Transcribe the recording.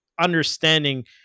understanding